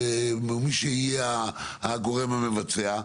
מי שיהיה הגורם המבצע,